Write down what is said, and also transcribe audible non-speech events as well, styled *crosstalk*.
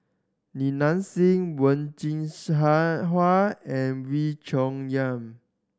Li Nanxing Wen Jin *unintelligible* Hua and Wee Cho Yaw